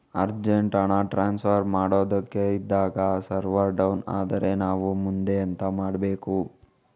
Urgent ಹಣ transfer ಮಾಡೋದಕ್ಕೆ ಇದ್ದಾಗ ಸರ್ವರ್ ಡೌನ್ ಆದರೆ ನಾವು ಮುಂದೆ ಎಂತ ಮಾಡಬೇಕು?